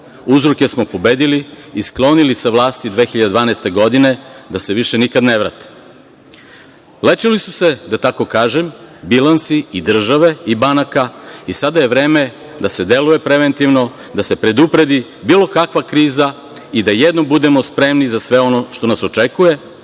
uzroke smo pobedili i sklonili sa vlasti 2012. godine da se više nikada ne vrate. Lečili su se, da tako kažem, bilansi i države i banaka i sada je vreme da se deluje preventivno, da se predupredi bilo kakva kriza i da jednom budemo spremni za sve ono što nas očekuje,